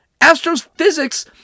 Astrophysics